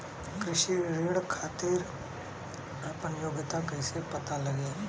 कृषि ऋण के खातिर आपन योग्यता कईसे पता लगी?